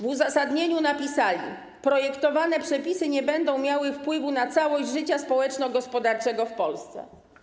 W uzasadnieniu napisali: Projektowane przepisy nie będą miały wpływu na całość życia społeczno-gospodarczego w Polsce.